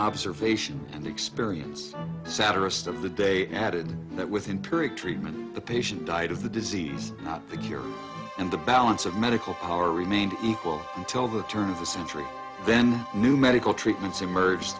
observation and experience satirist of the day added that within period treatment the patient died of the disease not to cure and the balance of medical power remained equal until the turn of the century then new medical treatments emerged